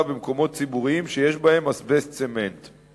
במקומות ציבוריים שיש בהם אזבסט צמנט.